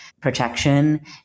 protection